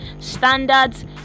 standards